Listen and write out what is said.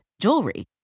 jewelry